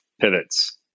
pivots